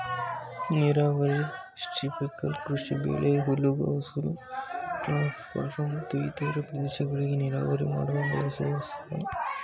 ನೀರಾವರಿ ಸ್ಪ್ರಿಂಕ್ಲರ್ ಕೃಷಿಬೆಳೆ ಹುಲ್ಲುಹಾಸು ಗಾಲ್ಫ್ ಕೋರ್ಸ್ಗಳು ಮತ್ತು ಇತರ ಪ್ರದೇಶಗಳಿಗೆ ನೀರಾವರಿ ಮಾಡಲು ಬಳಸುವ ಸಾಧನ